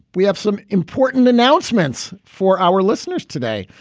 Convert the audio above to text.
we have some important announcements for our listeners today.